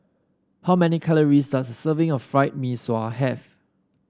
how many calories does a serving of Fried Mee Sua have